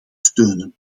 steunen